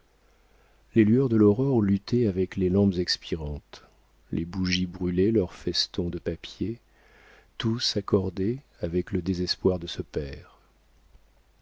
les lueurs de l'aurore luttaient avec les lampes expirantes les bougies brûlaient leurs festons de papier tout s'accordait avec le désespoir de ce père